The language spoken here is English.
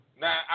now